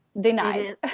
Denied